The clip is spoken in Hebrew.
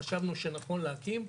שחשבנו שנכון להקים,